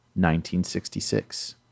1966